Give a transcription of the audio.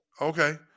Okay